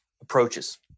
approaches